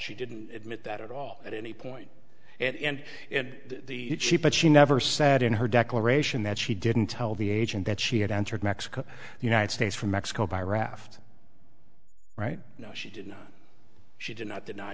she didn't admit that at all at any point and it but she never said in her declaration that she didn't tell the agent that she had entered mexico the united states from mexico by raft right now she did not she did not deny